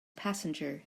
passenger